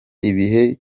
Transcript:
ibihe